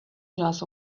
glass